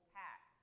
tax